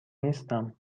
نیستم